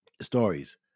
stories